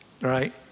right